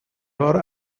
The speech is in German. war